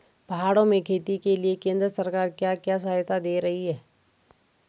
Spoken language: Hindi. पहाड़ों में खेती के लिए केंद्र सरकार क्या क्या सहायता दें रही है?